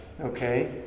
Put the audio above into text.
Okay